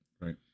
Right